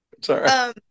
Sorry